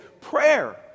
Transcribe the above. prayer